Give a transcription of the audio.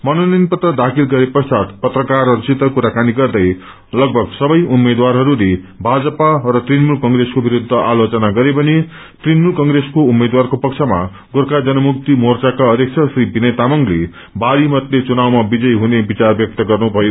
मनोनयन पत्र दाखिल गरे पश्वात पत्रकारहस्सित कुरा कानी गर्दै लगमग सबै उम्मेद्वारहस्ले माजपा र तृणमूल कंग्रेसको विरूद्ध आलोचना गरे भने तृणमूल क्र्रेसका उम्मेद्वारको पक्षमा गोखा जनमुक्ति मोर्चाका अध्यक्ष श्री विनय तामाङले भारी मतले चुनावमा विजयी हुने विचार ब्यक्त गरे